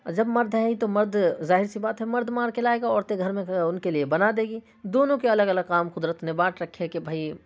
اور جب مرد ہے ہی تو مرد ظاہر سی بات ہے مرد مار کے لائے گا عورتیں گھر میں ان کے لیے بنا دے گی دونوں کے الگ الگ کام قدرت نے بانٹ رکھے ہیں کہ بھئی